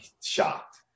shocked